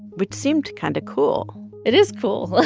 which seemed kind of cool it is cool